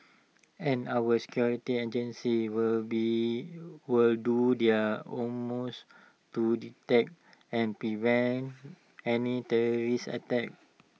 and our security agencies will be would do their almost to detect and prevent any terrorist attacks